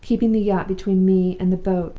keeping the yacht between me and the boat.